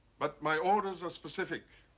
but my orders are specific.